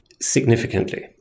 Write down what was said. Significantly